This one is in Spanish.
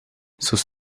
sus